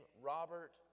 Robert